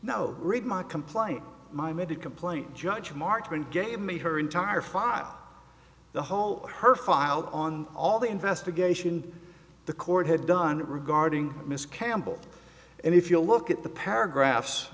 no read my complaint my made a complaint judge martin gave me her entire file the whole her filed on all the investigation the court had done regarding miss campbell and if you look at the paragraphs